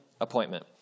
Appointment